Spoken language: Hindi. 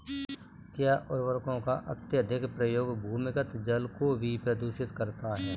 क्या उर्वरकों का अत्यधिक प्रयोग भूमिगत जल को भी प्रदूषित करता है?